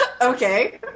Okay